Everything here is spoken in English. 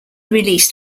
released